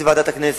אם בוועדת הכנסת,